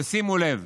ושימו לב: